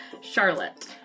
Charlotte